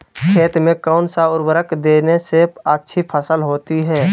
खेत में कौन सा उर्वरक देने से अच्छी फसल होती है?